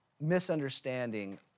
misunderstanding